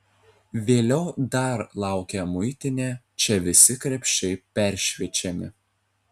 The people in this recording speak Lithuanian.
vėliau dar laukia muitinė čia visi krepšiai peršviečiami